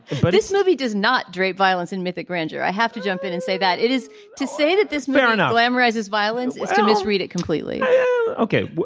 but this movie does not drape violence in mythic grandeur i have to jump in and say that it is to say that this paranoia glamorizes violence is to misread it completely yeah okay